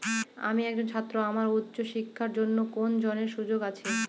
আমি একজন ছাত্র আমার উচ্চ শিক্ষার জন্য কোন ঋণের সুযোগ আছে?